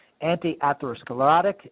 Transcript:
anti-atherosclerotic